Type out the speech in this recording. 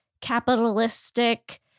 capitalistic